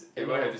I know